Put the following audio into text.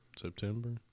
September